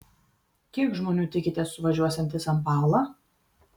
kiek žmonių tikitės suvažiuosiant į san paulą